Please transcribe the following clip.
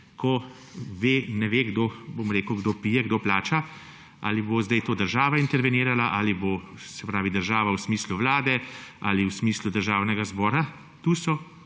se ne ve, kdo pije, kdo plača. Ali bo zdaj to država intervenirala, se pravi država v smislu vlade ali v smislu Državnega zbora. Tu je